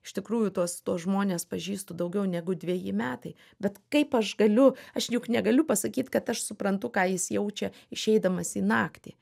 iš tikrųjų tuos tuos žmones pažįstu daugiau negu dveji metai bet kaip aš galiu aš juk negaliu pasakyt kad aš suprantu ką jis jaučia išeidamas į naktį